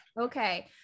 Okay